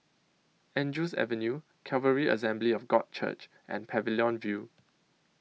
Andrews Avenue Calvary Assembly of God Church and Pavilion View